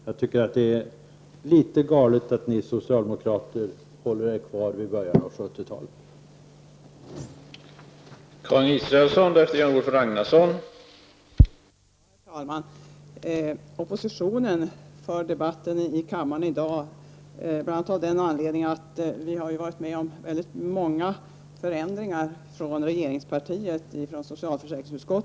Jag tycker att det är litet galet att ni socialdemokrater håller er kvar vid förhållandena i början av 1970-talet.